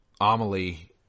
Amelie